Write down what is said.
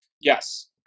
Yes